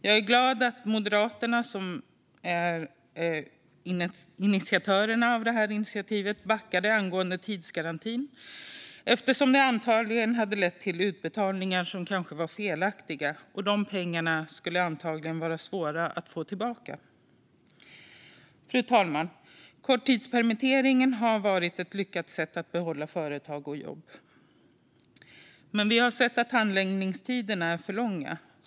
Jag är glad att Moderaterna, som ligger bakom detta initiativ, backade angående tidsgarantin, eftersom den antagligen hade lett till felaktiga utbetalningar. De pengarna skulle antagligen vara svåra att få tillbaka. Fru talman! Korttidspermitteringen har varit ett lyckat sätt att behålla företag och jobb. Men vi har sett att handläggningstiderna är för långa.